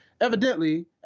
evidently